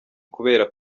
kubera